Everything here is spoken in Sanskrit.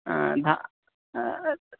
धा